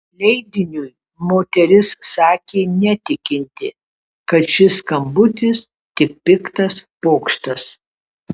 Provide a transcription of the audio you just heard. leidiniui moteris sakė netikinti kad šis skambutis tik piktas pokštas